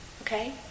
okay